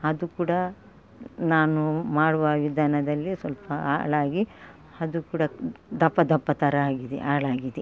ಅದು ಕೂಡ ನಾನು ಮಾಡುವ ವಿಧಾನದಲ್ಲಿ ಸ್ವಲ್ಪ ಹಾಳಾಗಿ ಅದು ಕೂಡ ದಪ್ಪ ದಪ್ಪ ಥರ ಆಗಿದೆ ಹಾಳಾಗಿದೆ